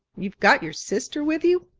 you've got your sister with you?